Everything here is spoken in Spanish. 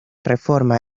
reforma